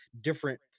different